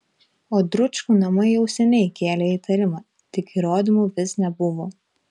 o dručkų namai jau seniai kėlė įtarimą tik įrodymų vis nebuvo